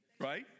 right